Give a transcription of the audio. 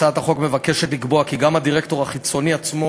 הצעת החוק מבקשת לקבוע כי גם הדירקטור החיצוני עצמו